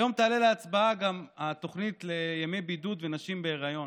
היום תעלה להצבעה גם התוכנית לימי בידוד ונשים בהיריון.